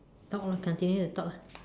talk lah continue to talk lah